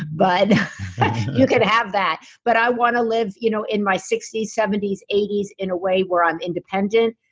but you can have that, but i want to live you know in my sixty s, seventy s, eighty s in a way where i'm independent,